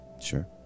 Sure